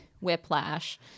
whiplash